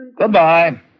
Goodbye